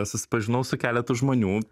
susipažinau su keletu žmonių